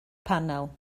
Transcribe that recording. panel